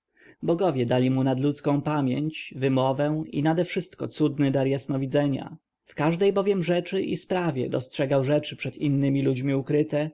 bogowie dali mu nadludzką pamięć wymowę i nadewszystko cudny dar jasnowidzenia w każdej bowiem rzeczy i sprawie dostrzegał strony przed innymi ludźmi ukryte